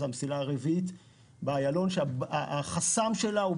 המסילה הרביעית באיילון ואת החסם שלה.